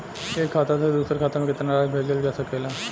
एक खाता से दूसर खाता में केतना राशि भेजल जा सके ला?